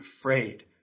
afraid